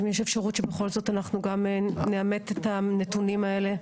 אם יש אפשרות שבכל זאת אנחנו גם נאמת את הנתונים האלה?